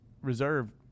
reserved